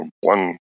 One